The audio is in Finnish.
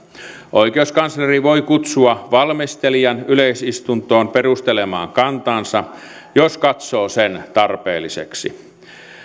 oikeuskansleri voi kutsua valmistelijan yleisistuntoon perustelemaan kantansa jos katsoo sen tarpeelliseksi